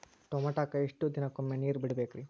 ಟಮೋಟಾಕ ಎಷ್ಟು ದಿನಕ್ಕೊಮ್ಮೆ ನೇರ ಬಿಡಬೇಕ್ರೇ?